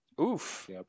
Oof